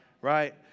Right